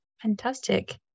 Fantastic